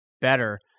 better